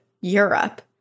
Europe